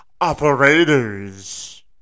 operators